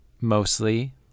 mostly